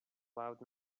loud